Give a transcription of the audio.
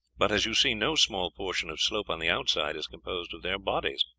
but, as you see, no small portion of slope on the outside is composed of their bodies.